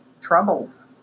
Troubles